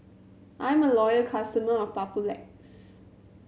I'm a loyal customer of Papulex